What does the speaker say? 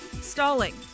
stalling